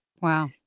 Wow